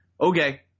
okay